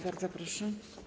Bardzo proszę.